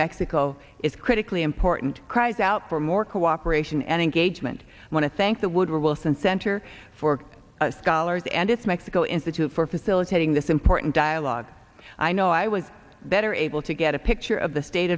mexico is critically important cries out for more cooperation and engagement i want to thank the woodrow wilson center for scholars and its mexico institute for facilitating this important dialogue i know i was better able to get a picture of the state